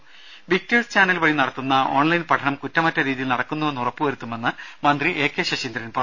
രുമ Victers channel വഴിനടത്തുന്ന online പഠനം കുറ്റമറ്റ രീതിയിൽ നടക്കുന്നുവെന്ന് ഉറപ്പു വരുത്തുമെന്ന് മന്ത്രി എ കെ ശശീന്ദ്രൻ പറഞ്ഞു